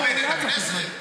תעצרי את הזמן.